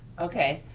okay,